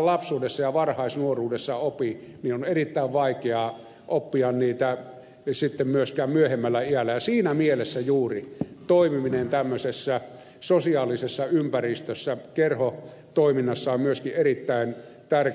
lapsuudessa ja varhaisnuoruudessa opi on erittäin vaikea oppia niitä sitten myöskään myöhemmällä iällä ja siinä mielessä juuri toimiminen tämmöisessä sosiaalisessa ympäristössä kerhotoiminnassa on myöskin erittäin tärkeä asia